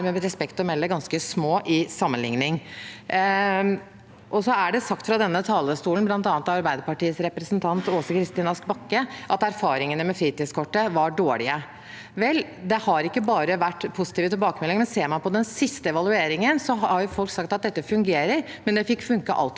med respekt å melde ganske små til sammenligning. Så er det sagt fra denne talerstolen, bl.a. av Arbeiderpartiets representant Åse Kristin Ask Bakke, at erfaringene med fritidskortet var dårlige. Vel, det har ikke bare vært positive tilbakemeldinger, men ser man på den siste evalueringen, har folk sagt at dette fungerer, men at det fikk funke altfor